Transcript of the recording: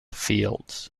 fields